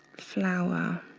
flower